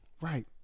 Right